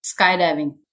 Skydiving